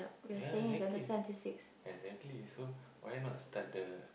ya exactly exactly so why not start the